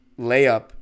layup